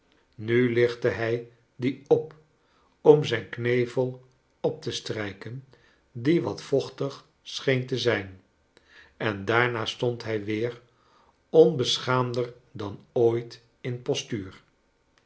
nu lichtte hij die op om zijn knevel op te strijken die wat vochtig scheen te zijn en daarna stond hij weer onbeschaamder dan ooit in postuur